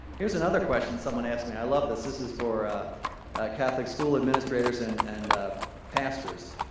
here's another question someone asked me. i love this, this is for catholic school administrators and and pastors.